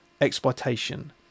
exploitation